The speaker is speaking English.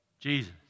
Jesus